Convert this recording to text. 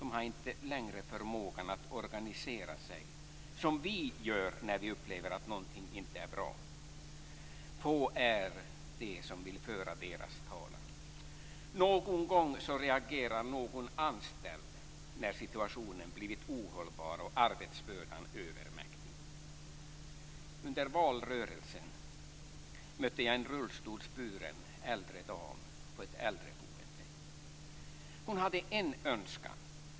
De har inte längre förmågan att organisera sig som vi gör när vi upplever att någonting inte är bra. Det är få som vill föra deras talan. Någon gång reagerar någon anställd när situationen blivit ohållbar och arbetsbördan övermäktig. Under valrörelsen mötte jag en rullstolsburen äldre dam på ett äldreboende. Hon hade en önskan.